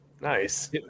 nice